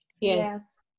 yes